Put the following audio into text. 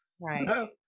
right